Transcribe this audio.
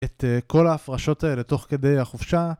את כל ההפרשות האלה תוך כדי החופשה.